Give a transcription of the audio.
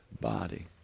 body